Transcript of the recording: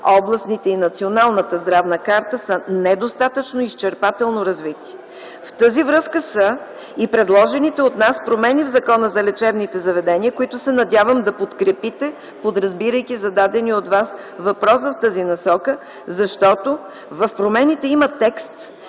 областните и Националната здравна карта са недостатъчно изчерпателно развити. В тази връзка са и предложените от нас промени в Закона за лечебните заведения, които се надявам да подкрепите, подразбирайки зададения от Вас въпрос в тази насока, защото в промените има текст,